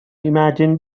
imagine